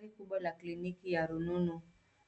Gari Kubwa la kliniki ya rununu